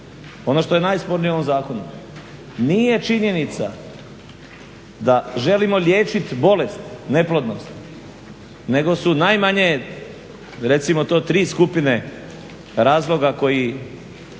ono što je najspornije u ovom zakonu nije činjenica da želimo liječiti bolest neplodnost nego su najmanje recimo to tri skupine razloga koji